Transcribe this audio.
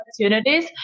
opportunities